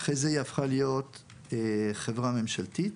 אחרי זה היא הפכה להיות חברה ממשלתית